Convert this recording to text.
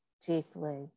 deeply